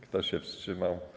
Kto się wstrzymał?